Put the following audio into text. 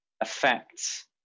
affects